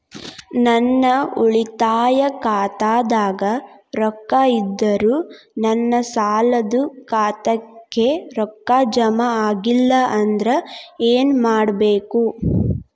ನನ್ನ ಉಳಿತಾಯ ಖಾತಾದಾಗ ರೊಕ್ಕ ಇದ್ದರೂ ನನ್ನ ಸಾಲದು ಖಾತೆಕ್ಕ ರೊಕ್ಕ ಜಮ ಆಗ್ಲಿಲ್ಲ ಅಂದ್ರ ಏನು ಮಾಡಬೇಕು?